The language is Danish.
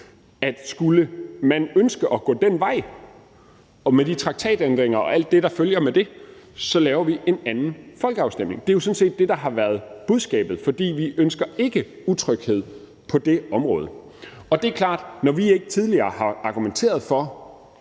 at skulle man ønske at gå den vej med de traktatændringer og alt det, der følger med det, så laver vi en anden folkeafstemning. Det er jo sådan set det, der har været budskabet, for vi ønsker ikke utryghed på det område. Det er klart, at når vi ikke tidligere har argumenteret for